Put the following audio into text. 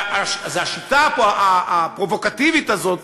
והשיטה הפרובוקטיבית הזאת,